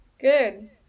Good